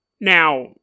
Now